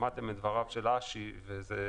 שמעתם את דבריו של ד"ר אשי שלמון.